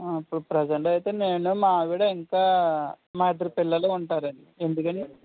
అ ఇప్పుడు ప్రెసెంట్ అయితే నేను మా ఆవిడ ఇంకా మా ఇద్దరు పిల్లలు ఉంటారండి ఎందుకండీ